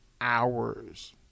hours